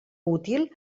útil